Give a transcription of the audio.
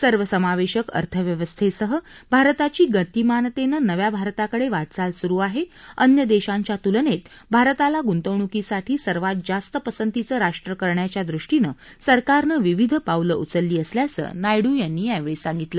सर्वसमावेशक अर्थव्यवस्थेसह भारताची गतिमानतेनं नव्या भारताकडे वाटचाल सुरु आहे अन्य देशांच्या तुलनेत भारताला गुंतवणुकीसाठी सर्वात जास्त पसंतीचं राष्ट्र करण्याच्या दृष्टीनं सरकारनं विविध पावलं उचलली असल्याचं नायडू यांनी यावेळी सांगितलं